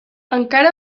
encara